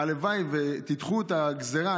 הלוואי שתדחו את הגזרה,